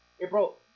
April